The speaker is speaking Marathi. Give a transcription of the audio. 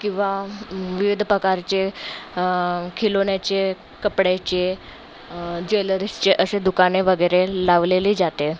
किंवा विविध प्रकारचे खिलोन्याचे कपड्याचे ज्वेलर्सचे असे दुकाने वगैरे लावलेले जाते